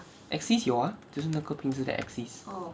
axis 有 ah 就是那个平时的 axis